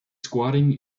squatting